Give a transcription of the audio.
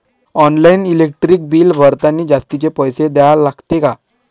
Online electric bill भरतानी जास्तचे पैसे द्या लागते का?